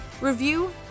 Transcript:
review